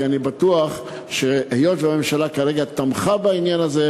כי אני בטוח שהיות שהממשלה כרגע תמכה בעניין הזה,